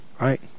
Right